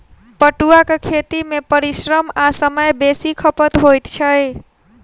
पटुआक खेती मे परिश्रम आ समय बेसी खपत होइत छै